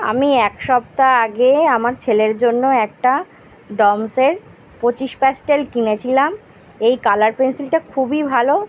আমি এক সপ্তা আগে আমার ছেলের জন্য একটা ডমসের পঁচিশ প্যাসটেল কিনেছিলাম এই কালার পেনসিলটা খুবই ভালো